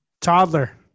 Toddler